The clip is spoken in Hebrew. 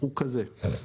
הוא כזה,